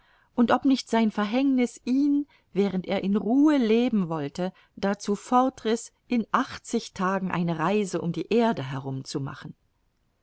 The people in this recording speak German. und ob nicht sein verhängniß ihn während er in ruhe leben wollte dazu fortriß in achtzig tagen eine reise um die erde